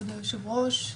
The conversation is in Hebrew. כבוד היושב-ראש,